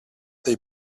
they